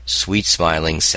sweet-smiling